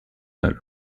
total